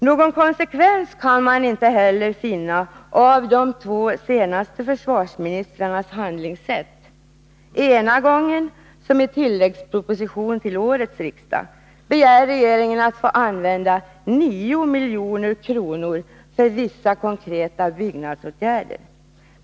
Någon konsekvens kan man inte heller finna i de två senaste försvarsministrarnas handlingssätt. Ena gången, som i tilläggsproposition till årets riksdag, begär regeringen att få använda 9 milj.kr. för vissa konkreta byggnadsåtgärder.